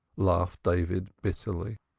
laughed david bitterly.